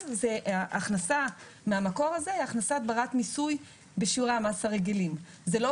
זאת אומרת, בדיני המס מי שעוסק במשהו, גם אם זה